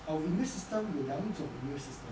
our immune system 有两种 immune system